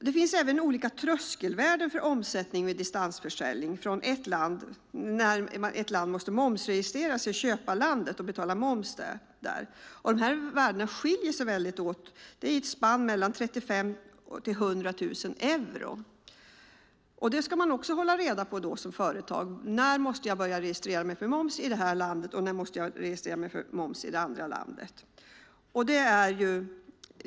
Det finns olika tröskelvärden för omsättning vid distansförsäljning, alltså när ett land måste momsregistrera sig i köparlandet och betala moms där. De värdena skiljer sig åt. Det är ett spann mellan 35 000 och 100 000 euro. Som företag måste man hålla reda på när man måste registrera sig för moms i det ena eller andra landet.